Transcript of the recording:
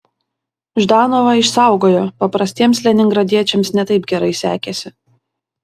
ždanovą išsaugojo paprastiems leningradiečiams ne taip gerai sekėsi